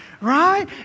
right